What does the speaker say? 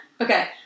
Okay